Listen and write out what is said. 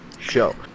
show